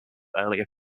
earlier